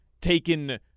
taken